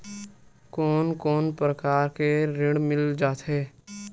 कोन कोन प्रकार के ऋण मिल जाथे?